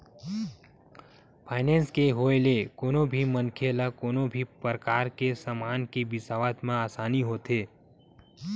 finance के होय ले कोनो भी मनखे ल कोनो भी परकार के समान के बिसावत म आसानी होथे